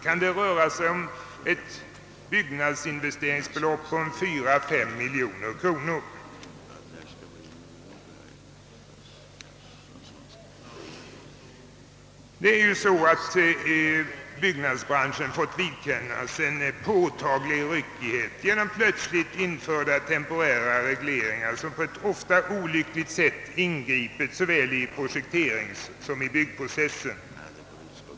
Kan det röra sig om ett byggnadsinvesteringsbelopp om 4—5 miljarder kronor? Byggnadsbranschen har fått vidkännas en påtaglig ryckighet genom plötsligt införda temporära regleringar, som på ett ofta olyckligt sätt ingripit såväl i projekteringssom i byggprocessen.